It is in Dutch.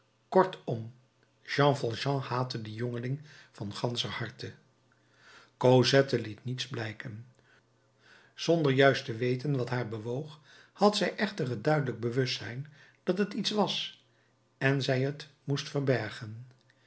kortom jean valjean haatte dien jongeling van ganscher harte cosette liet niets blijken zonder juist te weten wat haar bewoog had zij echter het duidelijk bewustzijn dat het iets was en zij het moest verbergen